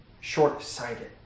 short-sighted